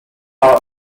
are